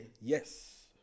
yes